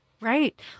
Right